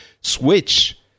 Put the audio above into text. Switch